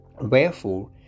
Wherefore